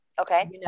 Okay